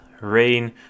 rain